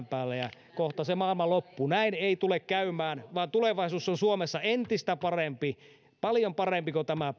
päälle ja kohta se maailma loppuu näin ei tule käymään vaan tulevaisuus on suomessa entistä parempi paljon parempi kuin tämä